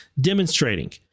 demonstrating